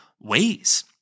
ways